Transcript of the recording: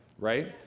Right